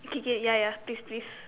okay K ya ya please please